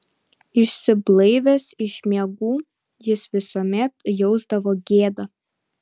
išsiblaivęs iš miegų jis visuomet jausdavo gėdą